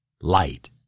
light